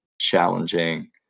challenging